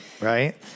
Right